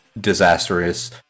disastrous